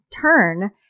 turn